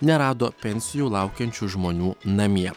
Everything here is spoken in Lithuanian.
nerado pensijų laukiančių žmonių namie